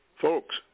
Folks